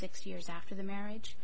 six years after the marriage